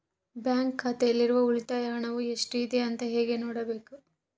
Bank ಖಾತೆಯಲ್ಲಿರುವ ಉಳಿತಾಯ ಹಣವು ಎಷ್ಟುಇದೆ ಅಂತ ಹೇಗೆ ನೋಡಬೇಕು?